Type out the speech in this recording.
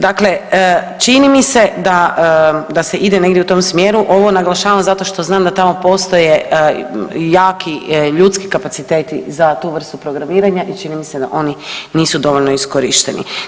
Dakle, čini mi se da se ide negdje u tom smjeru, ovo naglašavam zato što znam da tamo postoje jaki ljudski kapaciteti za tu vrstu programiranja i čini mi se da oni nisu dovoljno iskorišteni.